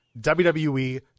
WWE